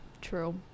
True